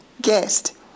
guest